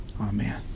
Amen